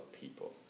people